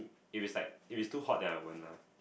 if is too hot then I won't lah